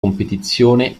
competizione